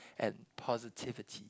and positivity